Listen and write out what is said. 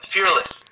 Fearless